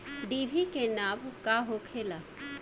डिभी के नाव का होखेला?